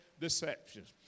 deceptions